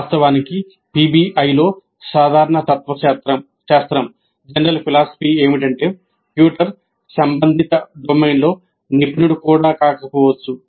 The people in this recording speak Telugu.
వాస్తవానికి పిబిఐలో సాధారణ తత్వశాస్త్రం ఏమిటంటే ట్యూటర్ సంబంధిత డొమైన్లో నిపుణుడు కూడా కాకపోవచ్చు